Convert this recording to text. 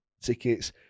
tickets